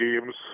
games